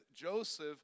Joseph